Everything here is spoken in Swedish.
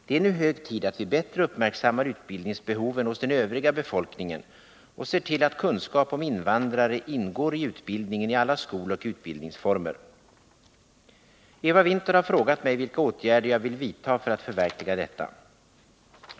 Det är nu hög tid att vi bättre uppmärksammar utbildningsbehoven hos den övriga befolkningen och ser till att kunskap om invandrare ingår i utbildningen i alla skoloch utbildningsformer. Eva Winther har frågat mig vilka åtgärder jag vill vidta för att förverkliga detta.